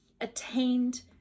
attained